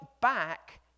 back